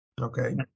Okay